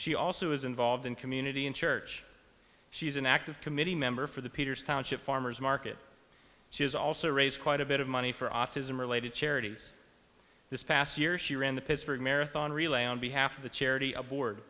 she also is involved in community and church she is an active committee member for the peters township farmer's market she has also raised quite a bit of money for autism related charities this past year she ran the pittsburgh marathon relay on behalf of the charity aboard